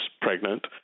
pregnant